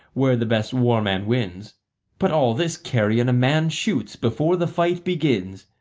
where the best war-man wins but all this carrion a man shoots before the fight begins.